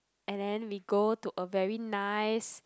and then we go to a very nice